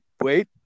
wait